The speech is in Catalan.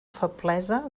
feblesa